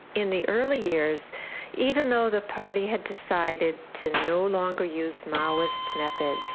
in the early years even though the party had decided to no longer use maoist methods,